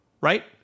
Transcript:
right